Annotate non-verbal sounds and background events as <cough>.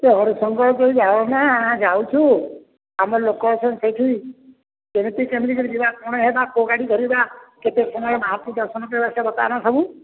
<unintelligible> ହରିଶଙ୍କର କେହି ଯାଆନା ଆମେ ଯାଉଛୁ ଆମ ଲୋକ ଅଛନ୍ତି ସେଇଠି କେମିତି କେମିତି କରି ଯିବା କ'ଣ ହବା କେଉଁ ଗାଡ଼ି ଧରିବା କେତେ ସମୟ ମାହାପ୍ରଭୁ ଦର୍ଶନ କରିବା ସେ ବର୍ତ୍ତମାନ ସବୁ